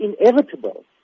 inevitable